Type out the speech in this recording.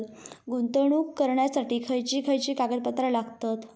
गुंतवणूक करण्यासाठी खयची खयची कागदपत्रा लागतात?